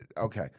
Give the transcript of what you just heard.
Okay